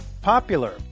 popular